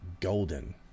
golden